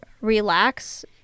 relax